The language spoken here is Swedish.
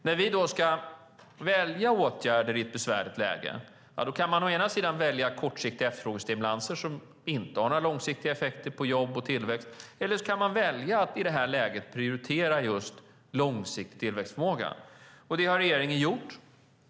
När vi ska välja åtgärder i ett besvärligt läge kan man å ena sidan välja kortsiktiga efterfrågestimulanser som inte har några långsiktiga effekter på jobb och tillväxt. Å andra sidan kan man välja att i det läget prioritera långsiktig tillväxtförmåga, vilket regeringen har gjort.